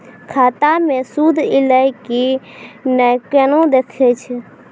खाता मे सूद एलय की ने कोना देखय छै?